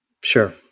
Sure